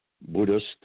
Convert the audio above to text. Buddhist